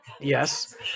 Yes